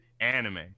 Anime